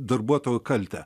darbuotojo kaltę